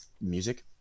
music